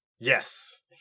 Yes